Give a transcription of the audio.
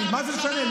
הממשלה.